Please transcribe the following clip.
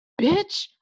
Bitch